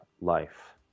life